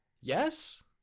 Yes